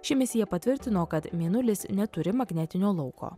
ši misija patvirtino kad mėnulis neturi magnetinio lauko